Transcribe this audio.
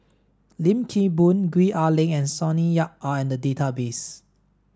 Lim Kim Boon Gwee Ah Leng and Sonny Yap are in the database